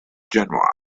genera